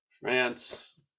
France